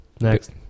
Next